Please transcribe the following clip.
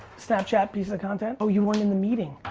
snapchat pieces of content? oh, you weren't in the meeting?